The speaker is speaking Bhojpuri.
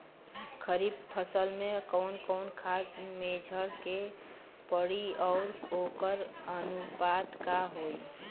खरीफ फसल में कवन कवन खाद्य मेझर के पड़ी अउर वोकर अनुपात का होई?